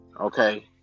okay